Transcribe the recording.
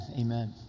Amen